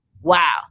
Wow